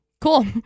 cool